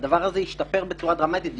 והדבר הזה השתפר בצורה דרמטית.